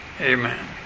Amen